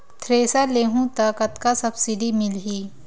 Thresher लेहूं त कतका सब्सिडी मिलही?